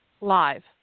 live